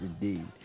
indeed